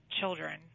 children